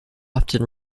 often